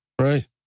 right